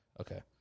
Okay